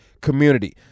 community